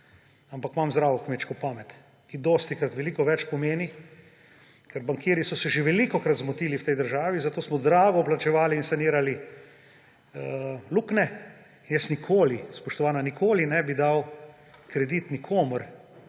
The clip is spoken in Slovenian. ampak imam zdravo kmečko pamet, ki dostikrat veliko več pomeni, ker bankirji so se že velikokrat zmotili v tej državi, zato smo drago plačevali in sanirali luknje. Jaz nikoli, spoštovana, nikoli ne bi dal kredita nikomur